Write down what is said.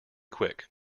quick